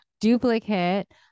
duplicate